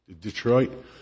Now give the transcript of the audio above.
Detroit